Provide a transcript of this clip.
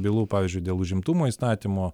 bylų pavyzdžiui dėl užimtumo įstatymo